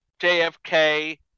JFK